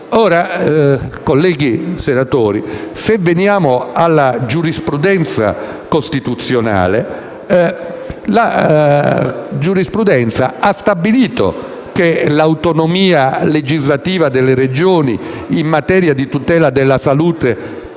colleghi senatori, la giurisprudenza costituzionale ha stabilito che l'autonomia legislativa delle Regioni in materia di tutela della salute